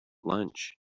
lunch